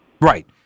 Right